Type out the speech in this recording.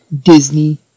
Disney